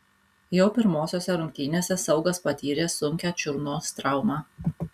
jau pirmosiose rungtynėse saugas patyrė sunkią čiurnos traumą